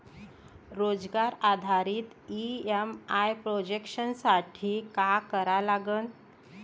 रोजगार आधारित EMI projection साठी का करा लागन?